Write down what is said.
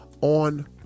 on